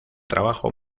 trabajo